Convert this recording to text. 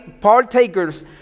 partakers